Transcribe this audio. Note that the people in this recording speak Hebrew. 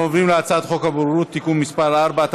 אנחנו עוברים להצעת חוק הבוררות (תיקון מס' 4),